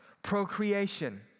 Procreation